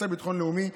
השר לביטחון לאומי,